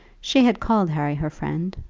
she had called harry her friend,